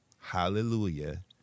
hallelujah